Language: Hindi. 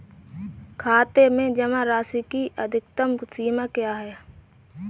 खाते में जमा राशि की अधिकतम सीमा क्या है?